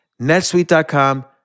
netsuite.com